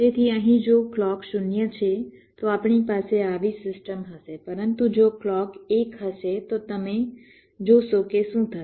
તેથી અહીં જો ક્લૉક 0 છે તો આપણી પાસે આવી સિસ્ટમ હશે પરંતુ જો ક્લૉક 1 હશે તો તમે જોશો કે શું થશે